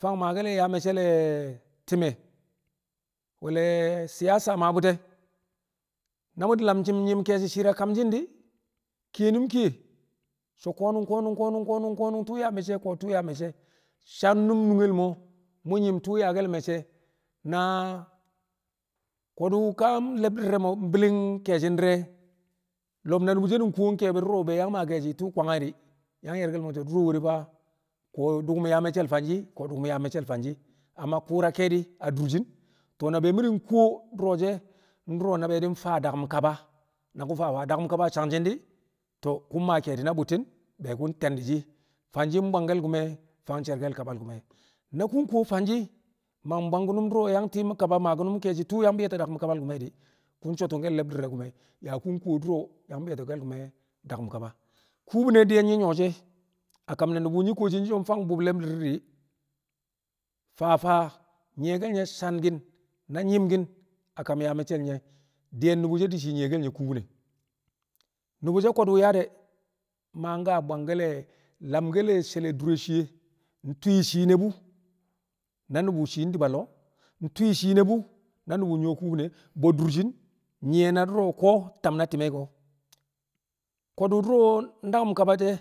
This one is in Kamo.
fang maake̱l le̱ yaa me̱cce̱ le̱ ti̱me̱ we̱l le̱ siyasa maa bu̱ti̱ e̱ na mu̱ di̱ lam nyi̱mti̱ ke̱e̱shi̱ shi̱i̱r a kamshi̱n di̱ kiyenum kiye so̱ ko̱nu̱n ko̱nu̱n ko̱nu̱n ko̱nu̱n ko̱nu̱n tu̱u̱ yaa me̱cce̱ ko̱ tu̱u̱ yaa me̱cce̱ san num nungel mo̱ mu̱ nyi̱m tu̱u̱ yaa ke̱l me̱cce̱ na ko̱du̱ ka le̱bdi̱r re̱ mo̱ bi̱li̱ng ke̱e̱shi̱ di̱re̱ lo̱b na nu̱bu̱ she̱ nkuwo ke̱e̱bi̱ du̱ro̱ wu̱ be yang maa tu̱u̱ kwange̱ di̱ yang ye̱rke̱l mo̱ so̱ du̱ro̱ we̱re̱ fa ko̱ dukum yaa me̱cce̱l fanshi̱ ko̱ dukum yaa me̱cce̱l fanshi̱ amma ku̱u̱ra ke̱e̱di̱ adurshin to̱o̱ na be mi̱ di̱ ka nkuwo du̱ro̱ she̱ ndu̱ro̱ na be di̱ faa daku̱m kaba na ku̱ fa fa daku̱m kaba a sangshi̱n di̱ to̱o̱ ku̱ maa ke̱e̱di̱ na bu̱tti̱n be ku̱ te̱ndi̱ shi̱ fan shi̱ bwangke̱l ku̱me̱ fang cer kaba le̱ ku̱me̱ na ku̱ nkuwo fanshi̱ mang bwang ku̱nu̱m du̱ro̱ yang tiim kaba maa ku̱nu̱m tu̱u̱ yang be̱e̱to̱ daku̱m kaba le̱ ku̱me̱ di̱ ku̱ so̱tu̱nke̱l le̱bdi̱r re̱ ku̱me̱ yaa ku̱ kuwo du̱ro̱ yang be̱e̱to̱ke̱l ku̱me̱ daku̱m kaba. Kubine diyen nyi̱ nyu̱wo̱ shi̱ e̱ kam ne̱ nu̱bu̱ nyi̱ kuwoshi e nyi̱ so̱ fang wu̱b le̱bdi̱r di̱ fa fa nyi̱ye̱ke̱l nye̱ sanki̱n na nyi̱mki̱n a kam yaa me̱cce̱l nye̱ diyen nu̱bu̱ she̱ di̱ shi̱ nyɪye̱ke̱l nye̱ kubine nu̱bu̱ she̱ ko̱du̱ nyaa de̱ maan ka bwangke̱l lamke̱l le̱ she̱l le̱ dure shiye ntwi̱ shiine bu̱ na nu̱bu̱ shii di̱b lo̱o̱ ntwi̱ shiine bʉ na nu̱bu̱ nyu̱wo̱ kubine bo̱ dur she̱ nyi̱ye̱ na du̱ro̱ ko̱ tam na ti̱me̱ ko̱, ko̱du̱ du̱ro̱ daku̱m kaba she̱